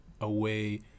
away